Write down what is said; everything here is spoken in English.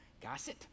gossip